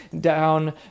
down